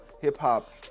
hip-hop